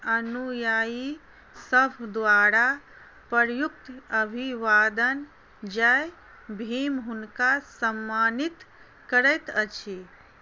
अनुयायीसभ द्वारा प्रयुक्त अभिवादन जय भीम हुनका सम्मानित करैत अछि